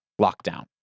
lockdown